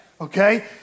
okay